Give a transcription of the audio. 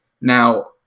now